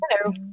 hello